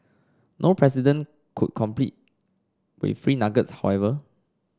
no president could compete with free nuggets however